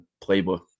playbook